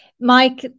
Mike